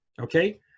Okay